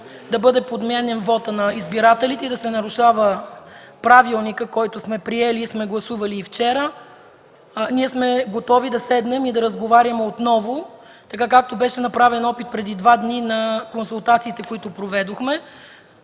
да бъде подменен вотът на избирателите и да се нарушава Правилникът, който сме приели и сме гласували вчера, ние сме готови да седнем и да разговаряме отново, така както беше направен опит преди два дни на консултациите, които проведохме.